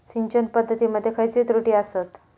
सिंचन पद्धती मध्ये खयचे त्रुटी आसत?